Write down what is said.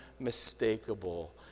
unmistakable